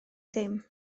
ddim